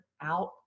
out